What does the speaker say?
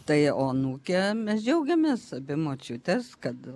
tai o anūke mes džiaugiamės abi močiutes kad